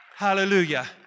Hallelujah